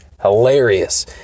hilarious